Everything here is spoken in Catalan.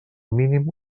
mínim